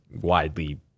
Widely